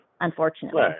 unfortunately